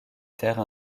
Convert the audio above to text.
terre